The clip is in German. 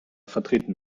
vertreten